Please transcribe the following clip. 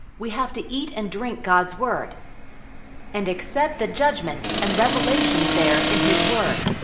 we have to eat and drink god's word and accept the judgment and revelations there in his word.